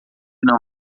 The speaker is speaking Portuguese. não